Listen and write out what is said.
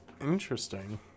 interesting